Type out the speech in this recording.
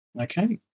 Okay